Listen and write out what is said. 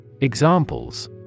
Examples